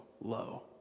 low